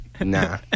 nah